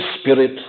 Spirit